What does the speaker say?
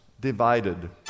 divided